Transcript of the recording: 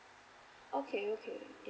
okay okay